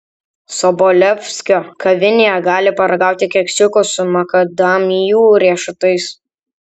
sobolevskio kavinėje gali paragauti keksiukų su makadamijų riešutais